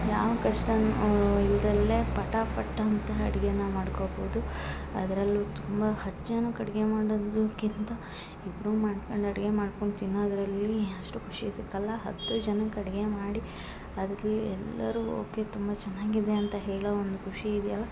ಯಾವ ಕಷ್ಟನೂ ಇಲ್ದಲ್ಲೆ ಪಟಾ ಫಟ್ ಅಂತ ಅಡ್ಗೆನ ಮಾಡ್ಕೊಬೌದು ಅದರಲ್ಲೂ ತುಂಬಾ ಹತ್ತು ಜನಕ್ಕೆ ಅಡ್ಗೆ ಮಾಡೋದ್ರಿಕ್ಕಿಂತ ಇಬ್ಬರು ಮಾಡ್ಕೊಂಡು ಅಡ್ಗೆ ಮಾಡ್ಕೊಂಡು ತಿನ್ನೋದರಲ್ಲಿ ಅಷ್ಟು ಖುಷಿ ಸಿಕ್ಕಲ್ಲಾ ಹತ್ತು ಜನಕ್ಕೆ ಅಡ್ಗೆ ಮಾಡಿ ಅದ್ರ್ಲಿ ಎಲ್ಲರು ಓಕೆ ತುಂಬ ಚೆನ್ನಾಗಿದೆ ಅಂತ ಹೇಳೋ ಒಂದು ಖುಷಿ ಇದೆಯಲ್ಲ